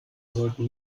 sollten